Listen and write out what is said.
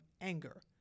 anger